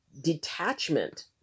detachment